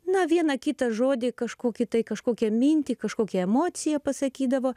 na vieną kitą žodį kažkokį tai kažkokią mintį kažkokią emociją pasakydavo